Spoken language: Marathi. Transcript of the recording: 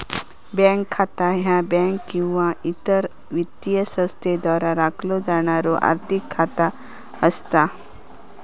बँक खाता ह्या बँक किंवा इतर वित्तीय संस्थेद्वारा राखलो जाणारो आर्थिक खाता असता